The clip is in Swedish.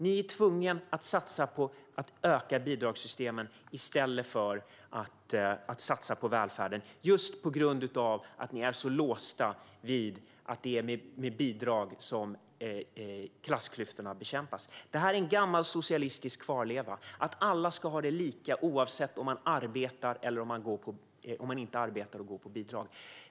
Ni är tvungna att satsa på att öka bidragssystemen i stället för att satsa på välfärden, just på grund av att ni är så låsta vid att det är med bidrag som klassklyftorna bekämpas. Detta är en gammal socialistisk kvarleva: att alla ska ha det lika, oavsett om man arbetar eller inte arbetar utan går på bidrag.